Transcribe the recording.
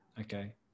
Okay